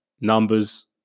numbers